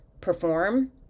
perform